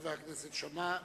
לחבר הכנסת שאמה.